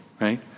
right